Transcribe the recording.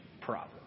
problem